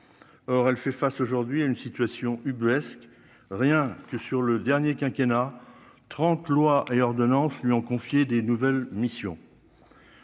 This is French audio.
or elle fait face aujourd'hui à une situation ubuesque, rien que sur le dernier quinquennat trente lois et ordonnances lui ont confié des nouvelles missions